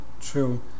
True